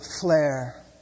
flare